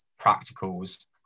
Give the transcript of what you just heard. practicals